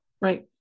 Right